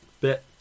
bit